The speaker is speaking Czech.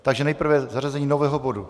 Takže nejprve zařazení nového bodu.